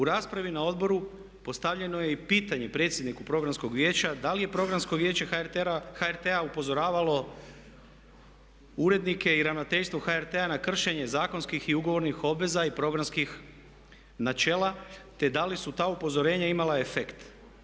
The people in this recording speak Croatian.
U raspravi na odboru postavljeno je i pitanje predsjedniku programskog vijeća da li je Programsko vijeće HRT-a upozoravalo urednike i ravnateljstvo HRT-a na kršenje zakonskih i ugovornih obveza i programskih načela te da li su ta upozorenja imala efekt.